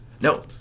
No